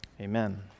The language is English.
Amen